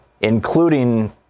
including